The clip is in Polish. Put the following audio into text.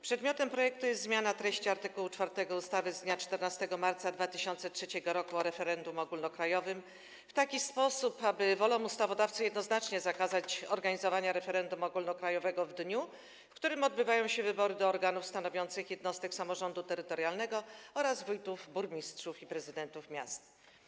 Przedmiotem projektu jest zmiana treści art. 4 ustawy z dnia 14 marca 2003 r. o referendum ogólnokrajowym w taki sposób, aby wolą ustawodawcy jednoznacznie zakazać organizowania referendum ogólnokrajowego w dniu, w którym odbywają się wybory do organów stanowiących jednostek samorządu terytorialnego oraz wójtów, burmistrzów i prezydentów miast.